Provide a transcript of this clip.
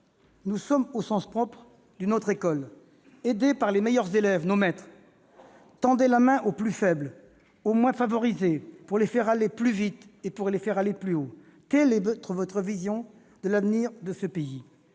Nous sommes, au sens propre, d'une autre école. Aidés par les meilleurs élèves, nos maîtres tendaient la main aux plus faibles, aux moins favorisés pour les faire aller plus vite et plus haut. Telle est notre vision de l'avenir de ce pays.